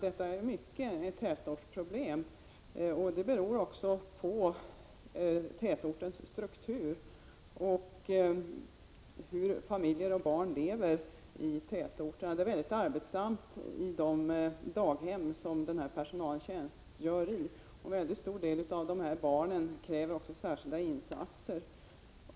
Det här är ju i mångt och mycket ett tätortsproblem, delvis beroende på tätorternas struktur och på hur familjer och barn i tätorter lever. Det blir mycket arbetsamt för den personal som tjänstgör på de daghem som har sådana här problem. En mycket stor del av barnen där kräver ju särskilda insatser.